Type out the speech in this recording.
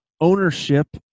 ownership